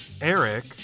eric